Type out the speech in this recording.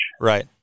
Right